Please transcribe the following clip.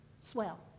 swell